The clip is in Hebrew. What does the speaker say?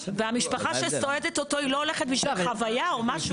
והמשפחה שסועדת אותו היא לא הולכת בשביל החוויה או משהו.